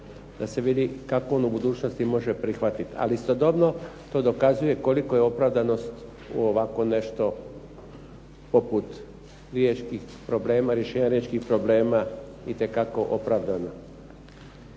da se vidi kako on u budućnosti može prihvatiti. Ali istodobno, to dokazuje koliko je opravdanost u ovako nešto poput rješenja riječkih problema itekako opravdana.